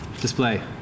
Display